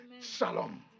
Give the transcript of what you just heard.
Shalom